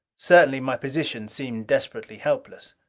certainly my position seemed desperately helpless.